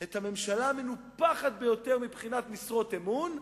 את הממשלה המנופחת ביותר מבחינת משרות אמון,